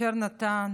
ואשר נתן,